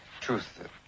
truth